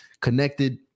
connected